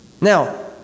Now